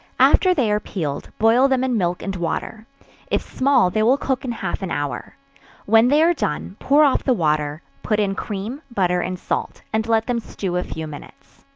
after they are peeled, boil them in milk and water if small, they will cook in half an hour when they are done, pour off the water put in cream, butter and salt, and let them stew a few minutes.